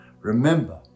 Remember